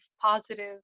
positive